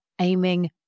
aiming